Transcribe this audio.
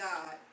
God